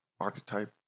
Archetype